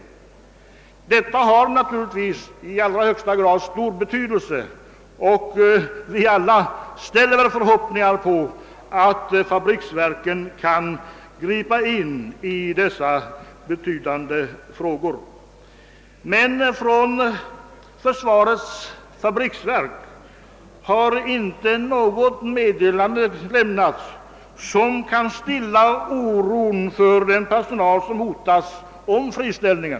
Detta har na turligtvis den allra största betydelse — vi knyter väl alla förhoppningar till att fabriksverket skall kunna gripa in i dessa betydelsefulla frågor — men från försvarets fabriksverk har inte något meddelande lämnats, som kan stilla oron hos den personal som hotas av friställning.